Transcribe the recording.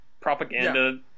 propaganda